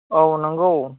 औ नोंगौ